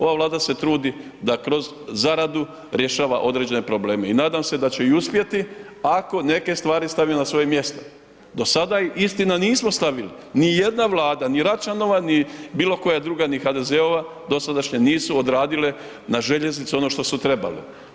Ova Vlada se trudi da kroz zaradu rješava određene probleme i nadam se da će i uspjeti ako neke stvari stave na svoje mjesto, do sada, istina, nismo stavili, ni jedna Vlada, ni Račanova, ni bilo koja druga, ni HDZ-ova dosadašnja, nisu odradile na željeznici ono što su trebale.